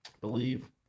believe